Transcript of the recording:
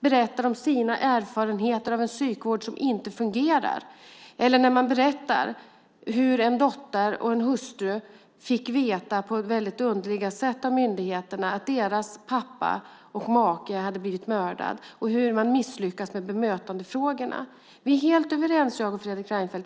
berättar om sina erfarenheter av en psykvård som inte fungerar, hur en dotter och en hustru på väldigt underliga sätt fick veta av myndigheterna att deras pappa och make hade blivit mördad och hur man misslyckas med bemötandefrågorna. Vi är helt överens, jag och Fredrik Reinfeldt.